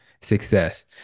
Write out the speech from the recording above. success